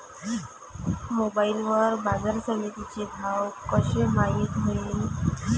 Mobile वर बाजारसमिती चे भाव कशे माईत होईन?